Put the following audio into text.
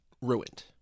ruined